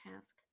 task